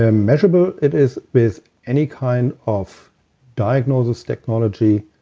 ah measurable, it is with any kind of diagnosis technology